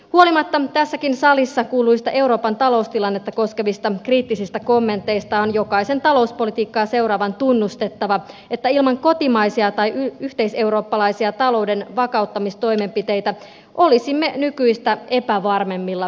huolimatta tässäkin salissa kuulluista euroopan taloustilannetta koskevista kriittisistä kommenteis ta on jokaisen talouspolitiikkaa seuraavan tunnustettava että ilman kotimaisia tai yhteiseurooppalaisia talouden vakauttamistoimenpiteitä olisimme nykyistä epävarmemmilla vesillä